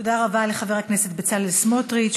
תודה רבה לחבר הכנסת בצלאל סמוטריץ.